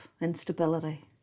instability